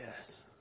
Yes